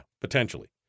potentially